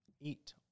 Eat